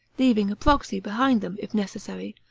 leaving a proxy behind them, if necessary,